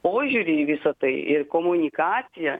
požiūrį į visa tai ir komunikaciją